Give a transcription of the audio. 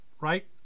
right